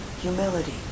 humility